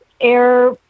air